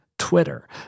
twitter